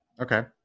okay